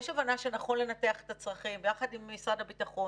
נכון לנתח את הצרכים יחד עם משרד הביטחון